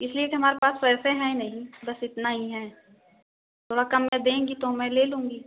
इसलिए कि हमारे पास पैसे है नहीं बस इतना ही है थोड़ा कम में देंगी तो मैं ले लूँगी